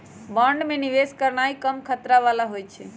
bond में निवेश करनाइ कम खतरा बला होइ छइ